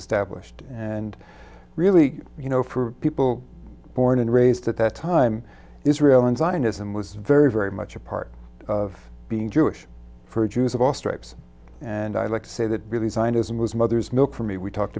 established and really you know for people born and raised at that time israel and zionism was very very much a part of being jewish for jews of all stripes and i like say that really zionism was mother's milk for me we talked